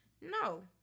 No